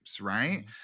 right